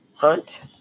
hunt